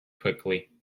quickly